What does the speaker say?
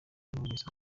numvise